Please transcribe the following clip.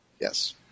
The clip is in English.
Yes